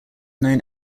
known